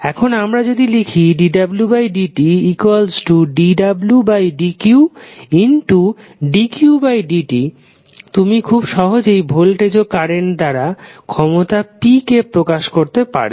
এখন আমরা যদি লিখি dwdtdwdqdqdt তুমি খুব সহজেই ভোল্টেজ ও কারেন্ট দ্বারা ক্ষমতা p কে প্রকাশ করতে পারবে